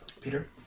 Peter